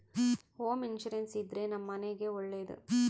home insurance ಇದ್ರೆ ನಮ್ ಮನೆಗ್ ಒಳ್ಳೇದು